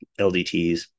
LDTs